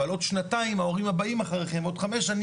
אבל עוד שנתיים ההורים הבאים אחריכם ועוד חמש שנים,